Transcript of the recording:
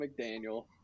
mcdaniel